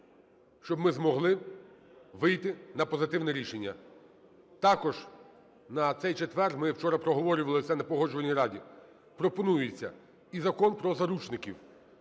щоб ми змогли вийти на позитивне рішення. Також на цей четвер, ми вчора проговорювали це на Погоджувальній раді, пропонується і Закон про заручників,